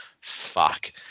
fuck